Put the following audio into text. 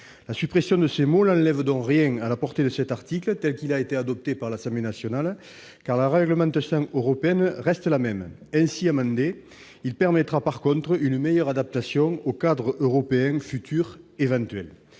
La suppression de ces mots n'enlève donc rien à la portée de cet article tel qu'il a été adopté à l'Assemblée nationale, car la réglementation européenne reste la même. Ainsi amendé, il permettra en revanche une meilleure adaptation au cadre européen futur.